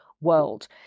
world